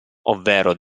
ovvero